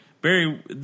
Barry